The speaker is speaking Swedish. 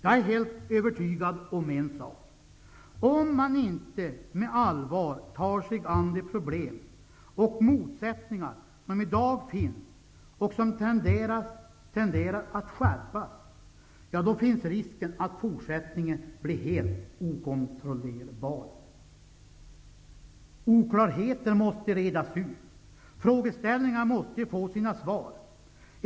Jag är helt övertygad om en sak: Om man inte med allvar tar sig an de problem och motsättningar som i dag finns och som tenderar att skärpas, då finns risken att det i fortsättningen blir helt okontrollerbart. Oklarheter måste redas ut, och frågorna måste få sina svar.